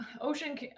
Ocean